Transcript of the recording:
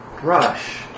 brush